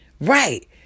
Right